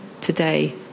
today